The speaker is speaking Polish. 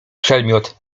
przedmiot